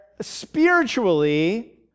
spiritually